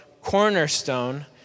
cornerstone